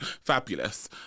Fabulous